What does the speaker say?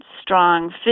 strong